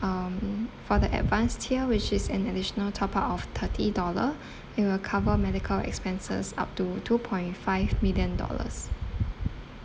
um for the advanced tier which is an additional top up of thirty dollar it will cover medical expenses up to two point five million dollars